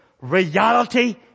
Reality